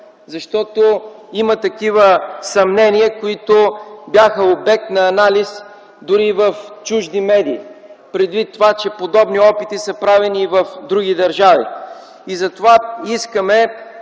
човек. Има такива съмнения, които бяха обект на анализ дори в чужди медии, предвид това, че подобни опити са правени и в други държави. Затова искаме